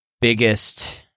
biggest